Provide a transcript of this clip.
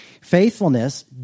Faithfulness